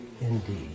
indeed